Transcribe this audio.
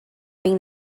being